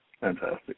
Fantastic